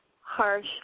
Harsh